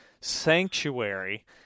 sanctuary